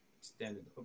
standard